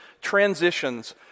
transitions